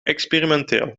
experimenteel